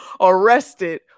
arrested